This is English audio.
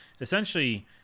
essentially